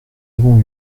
avons